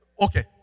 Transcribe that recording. Okay